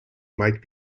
might